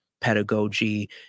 pedagogy